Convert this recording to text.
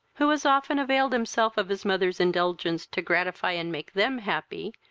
who as often availed himself of his mother's indulgence to gratify and make them happy,